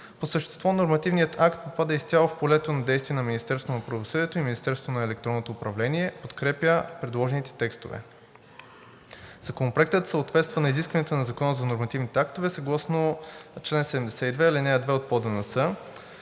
По същество нормативният акт попада изцяло в полето на действие на Министерството на правосъдието и Министерството на електронното управление подкрепя предложените текстове. Законопроектът съответства на изискванията на Закона за нормативните актове, съгласно чл. 72, ал. 2 от Правилника